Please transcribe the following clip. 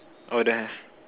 or there